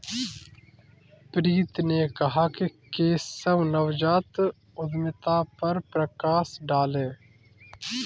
प्रीति ने कहा कि केशव नवजात उद्यमिता पर प्रकाश डालें